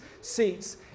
seats